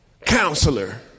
Counselor